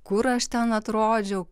kur aš ten atrodžiau